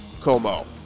Como